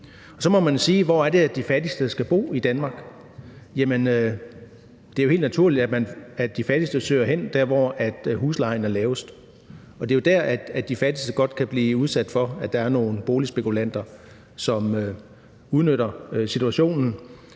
Så må man spørge: Hvor er det, at de fattigste skal bo i Danmark? Det er jo helt naturligt, at de fattigste søger derhen, hvor huslejen er lavest. Det er jo der, de fattigste godt kan blive udsat for, at der er nogle boligspekulanter, som udnytter situationen